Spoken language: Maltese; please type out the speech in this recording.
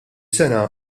sena